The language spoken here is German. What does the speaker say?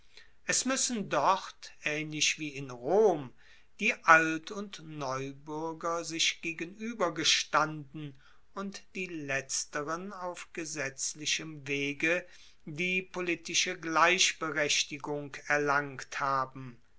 es muessen dort aehnlich wie in rom die alt und neubuerger sich gegenuebergestanden und die letzteren auf gesetzlichem wege die politische gleichberechtigung erlangt haben